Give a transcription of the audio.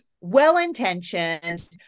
well-intentioned